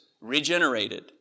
regenerated